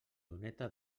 doneta